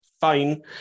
fine